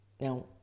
Now